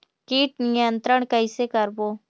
कीट नियंत्रण कइसे करबो?